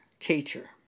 Teacher